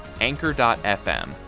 Anchor.fm